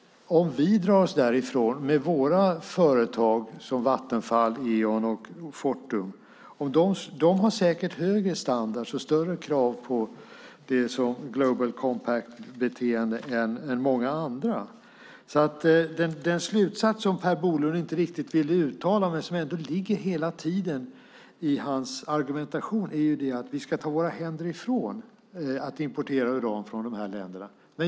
Våra företag som Vattenfall, Eon och Fortum har säkert högre standard och större krav på Global Compact-beteende än många andra. Den slutsats som Per Bolund inte riktigt vill uttala men som ändå hela tiden finns i hans argumentation är att vi ska ta våra händer ifrån att importera uran från de här länderna.